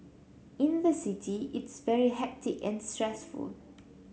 in the city it's very hectic and stressful